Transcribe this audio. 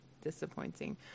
Disappointing